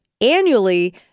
annually